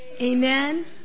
Amen